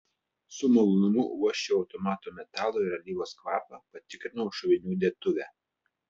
su malonumu uosčiau automato metalo ir alyvos kvapą patikrinau šovinių dėtuvę